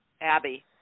Abby